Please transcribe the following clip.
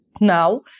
Now